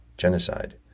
genocide